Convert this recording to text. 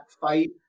fight